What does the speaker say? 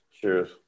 Cheers